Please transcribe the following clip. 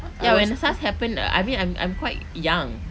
err when SARS happened I mean I I'm quite young